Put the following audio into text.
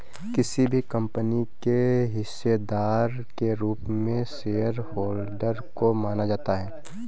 किसी भी कम्पनी के हिस्सेदार के रूप में शेयरहोल्डर को माना जाता है